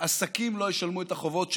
עסקים לא ישלמו את החובות שלהם,